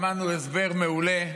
שמענו הסבר מעולה,